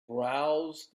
browsed